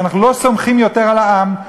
כי אנחנו לא סומכים יותר על העם,